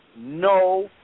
no